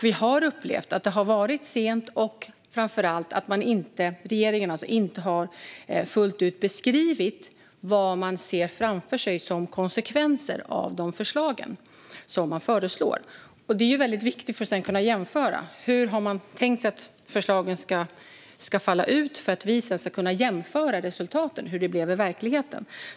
Vi har upplevt att regeringen varit sen och inte fullt ut beskrivit vad man ser framför sig som konsekvenser av det man föreslår. Det senare är viktigt för att vi sedan ska kunna jämföra hur man tänkt att förslagen ska falla ut och hur det blev i verkligheten.